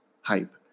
hype